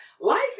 life